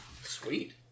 Sweet